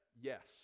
Yes